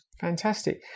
Fantastic